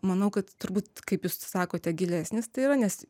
manau kad turbūt kaip jūs sakote gilesnis tai yra nes